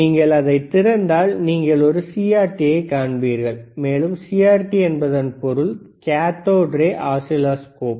நீங்கள் அதைத் திறந்தால் நீங்கள் ஒரு சிஆர்டியைக் காண்பீர்கள் மேலும் சிஆர்டி என்பதன் பொருள் கேத்தோடு ரே ஆசிலோஸ்கோப்